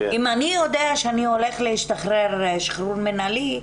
אם אני יודע שאני הולך להשתחרר שחרור מינהלי,